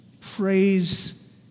Praise